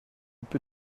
peu